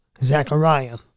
Zechariah